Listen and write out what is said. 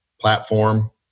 platform